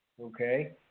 Okay